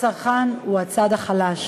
הצרכן הוא הצד החלש.